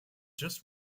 just